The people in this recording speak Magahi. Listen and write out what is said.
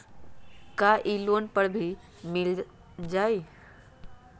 का इ लोन पर मिल जाइ?